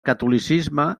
catolicisme